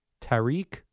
Tariq